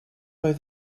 oedd